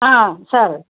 sir